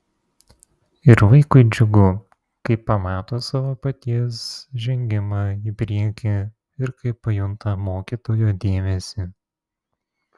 ir vaikui džiugu kai pamato savo paties žengimą į priekį ir kai pajunta mokytojo dėmesį